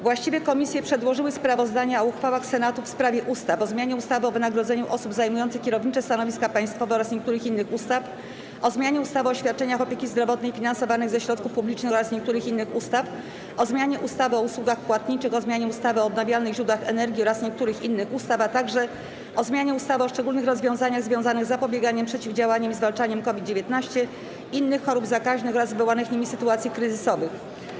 Właściwe komisje przedłożyły sprawozdania o uchwałach Senatu w sprawie ustaw: - o zmianie ustawy o wynagrodzeniu osób zajmujących kierownicze stanowiska państwowe oraz niektórych innych ustaw, - o zmianie ustawy o świadczeniach opieki zdrowotnej finansowanych ze środków publicznych oraz niektórych innych ustaw, - o zmianie ustawy o usługach płatniczych, - o zmianie ustawy o odnawialnych źródłach energii oraz niektórych innych ustaw, - o zmianie ustawy o szczególnych rozwiązaniach związanych z zapobieganiem, przeciwdziałaniem i zwalczaniem COVID-19, innych chorób zakaźnych oraz wywołanych nimi sytuacji kryzysowych.